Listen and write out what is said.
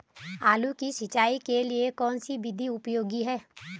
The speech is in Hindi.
आलू की सिंचाई के लिए कौन सी विधि उपयोगी है?